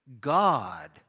God